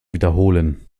wiederholen